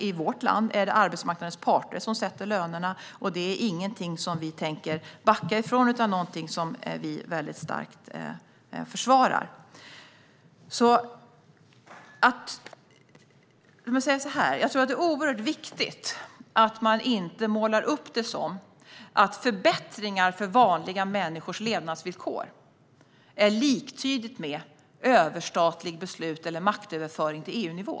I vårt land är det arbetsmarknadens parter som sätter lönerna, och det är inget som vi tänker backa från utan något som vi starkt försvarar. Jag tror att det är oerhört viktigt att man inte målar upp det som att förbättringar av vanliga människors levnadsvillkor är liktydigt med överstatliga beslut eller maktöverföring till EU-nivå.